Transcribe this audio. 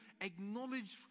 acknowledge